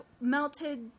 melted